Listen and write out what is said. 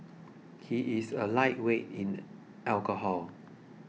he is a lightweight in alcohol